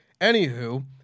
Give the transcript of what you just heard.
Anywho